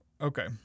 Okay